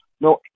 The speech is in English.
no